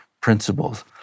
principles